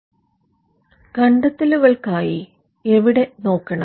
wear to look for inventions കണ്ടെത്തലുകൾക്കായി എവിടെ നോക്കണം